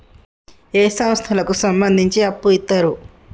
ఏ సంస్థలకు సంబంధించి అప్పు ఇత్తరు?